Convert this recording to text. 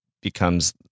becomes